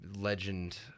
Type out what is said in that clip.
legend